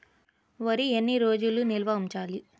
వరి ఎన్ని రోజులు నిల్వ ఉంచాలి?